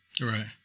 Right